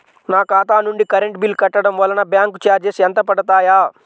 నా ఖాతా నుండి కరెంట్ బిల్ కట్టడం వలన బ్యాంకు చార్జెస్ ఎంత పడతాయా?